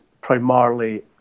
primarily